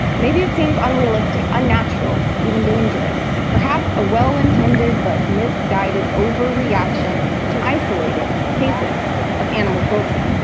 maybe it seems unrealistic, unnatural, even dangerous. perhaps a well-intended but misguided over-reaction to isolated cases of animal cruelty.